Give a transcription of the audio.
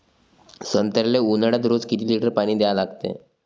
संत्र्याले ऊन्हाळ्यात रोज किती लीटर पानी द्या लागते?